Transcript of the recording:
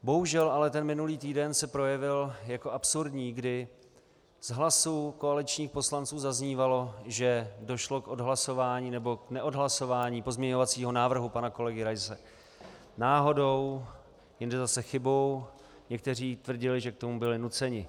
Bohužel ale minulý týden se projevil jako absurdní, kdy z hlasů koaličních poslanců zaznívalo, že došlo k odhlasování, nebo k neodhlasování pozměňovacího návrhu pana kolegy Raise náhodou, jinde zase chybou, někteří tvrdili, že k tomu byli nuceni.